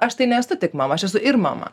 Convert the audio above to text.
aš tai nesu tik mama aš esu ir mama